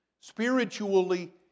spiritually